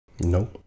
No